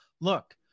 look